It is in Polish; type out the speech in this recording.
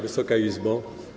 Wysoka Izbo!